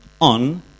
on